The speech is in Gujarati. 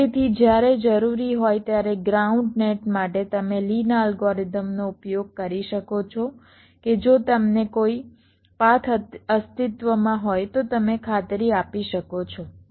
તેથી જ્યારે જરૂરી હોય ત્યારે ગ્રાઉન્ડ નેટ માટે તમે લીના અલ્ગોરિધમનો ઉપયોગ કરી શકો છો કે જો તમને કોઈ પાથ અસ્તિત્વમાં હોય તો તમે ખાતરી આપી શકો છો બરાબર